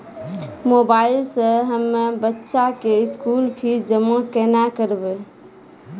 Mobile से हम्मय बच्चा के स्कूल फीस जमा केना करबै?